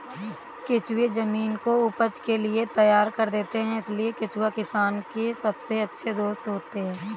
केंचुए जमीन को उपज के लिए तैयार कर देते हैं इसलिए केंचुए किसान के सबसे अच्छे दोस्त होते हैं